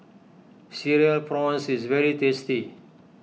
Cereal Prawns is very tasty